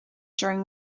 during